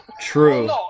True